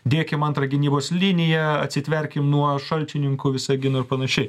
dėkim antrą gynybos liniją atsitverkim nuo šalčininkų visagino ir panašiai